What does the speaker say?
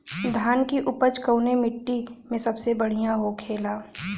धान की उपज कवने मिट्टी में सबसे बढ़ियां होखेला?